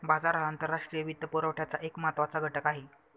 बाजार हा आंतरराष्ट्रीय वित्तपुरवठ्याचा एक महत्त्वाचा घटक आहे